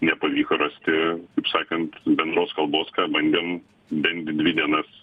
nepavyko rasti taip sakant bendros kalbos ką bandėm bent dvi dienas